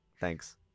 Thanks